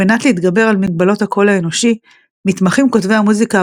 על מנת להתגבר על מגבלות הקול האנושי מתמחים כותבי המוזיקה